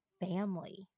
family